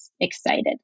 excited